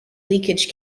leakage